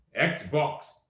Xbox